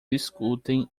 discutem